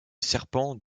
serpent